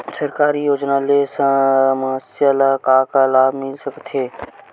सरकारी योजना ले समस्या ल का का लाभ मिल सकते?